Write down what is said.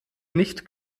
nicht